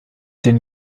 den